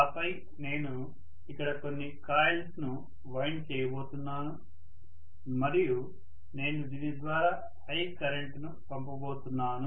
ఆపై నేను ఇక్కడ కొన్ని కాయిల్స్ ను వైండ్ చేయబోతున్నాను మరియు నేను దీని ద్వారా I కరెంటును పంపబోతున్నాను